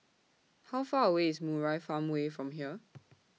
How Far away IS Murai Farmway from here